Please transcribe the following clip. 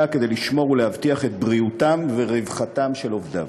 כדי לשמור ולהבטיח את בריאותם ורווחתם של עובדיו.